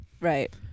Right